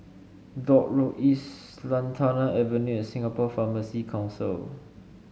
Dock Road East Lantana Avenue and Singapore Pharmacy Council